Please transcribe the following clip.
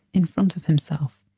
in front of himself.